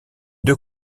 deux